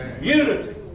Unity